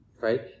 right